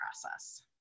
process